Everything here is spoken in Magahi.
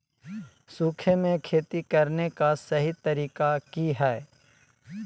सूखे में खेती करने का सही तरीका की हैय?